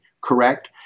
correct